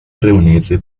reunirse